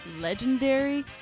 legendary